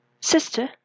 Sister